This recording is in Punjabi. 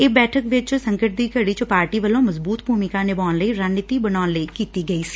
ਇਹ ਬੈਠਕ ਇਸ ਸੰਕਟ ਦੀ ਘਤੀ ਚ ਪਾਰਟੀ ਵੱਲੋ ਮਜ਼ਬੁਤ ਭੁਮਿਕਾ ਨਿਭਾਉਣ ਲਈ ਰਣਨੀਤੀ ਬਣਾਉਣ ਲਈ ਕੀਤੀ ਗਈ ਸੀ